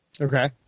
Okay